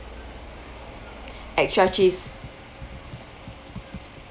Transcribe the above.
extra cheese